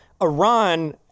Iran